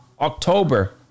October